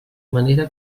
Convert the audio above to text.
manera